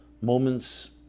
moments